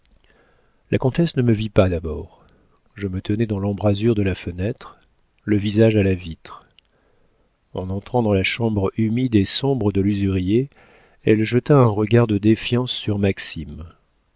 la comtesse ne me vit pas d'abord je me tenais dans l'embrasure de la fenêtre le visage à la vitre en entrant dans la chambre humide et sombre de l'usurier elle jeta un regard de défiance sur maxime